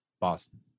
Boston